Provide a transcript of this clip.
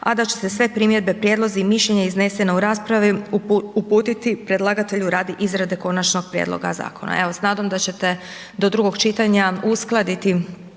a da će se sve primjedbe, prijedlozi i mišljenja iznesena u raspravi uputiti predlagatelju radi izrade konačnog prijedloga zakona. Evo s nadom da ćete do drugog čitanja uskladiti